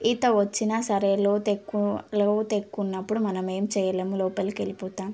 ఈత వచ్చినా సరే లోతెక్కువ లోతు ఎక్కువ ఉన్నప్పుడు మనమేం చేయలేం లోపలికెల్పోతాం